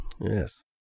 Yes